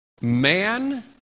Man